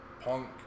punk